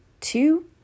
two